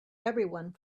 everyone